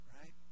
right